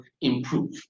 improve